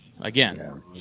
again